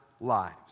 lives